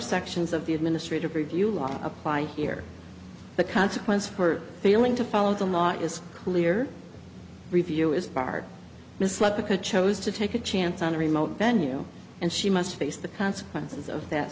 sections of the administrative review law apply here the consequence for failing to follow the law is clear review is barred misled because chose to take a chance on a remote venue and she must face the consequences of that